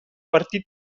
partit